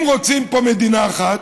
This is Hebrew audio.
אם רוצים פה מדינה אחת,